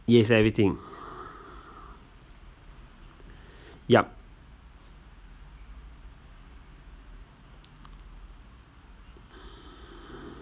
yes everything yup